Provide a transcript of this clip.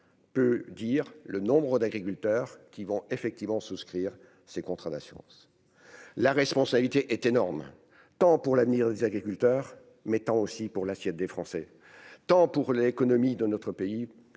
peut dire le nombre d'agriculteurs qui vont effectivement souscrire ces contrats d'assurance, la responsabilité est énorme, tant pour l'avenir des agriculteurs mettant aussi pour l'assiette des Français tant pour l'économie de notre pays